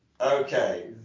Okay